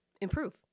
improve